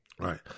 Right